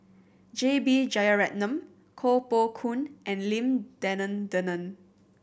J B Jeyaretnam Koh Poh Koon and Lim Denan Denon